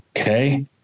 Okay